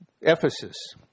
Ephesus